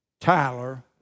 Tyler